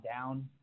down